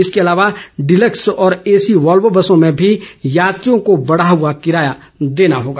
इसके अलावा डिलक्स और एसी वाल्वो बसों में भी यात्रियों को बढ़ा हुआ किराया देना होगा